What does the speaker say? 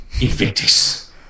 Invictus